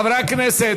חברי הכנסת,